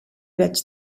vaig